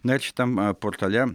na ir šitam portale